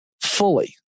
fully